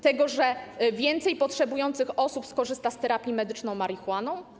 Tego, że więcej potrzebujących osób skorzysta z terapii medyczną marihuaną?